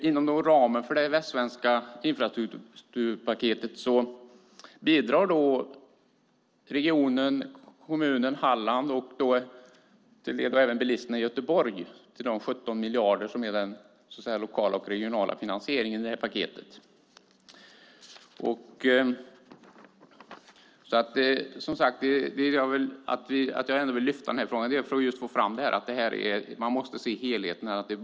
Inom ramen för det västsvenska infrastrukturpaketet bidrar regionen, kommuner i Halland och även bilisterna i Göteborg till de 17 miljarder som är den lokala och regionala finansieringen i paketet. Att jag ändå vill lyfta fram frågan beror på att man måste se helheten.